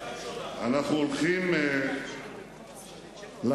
אנחנו הולכים להמשיך,